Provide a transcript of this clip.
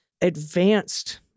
advanced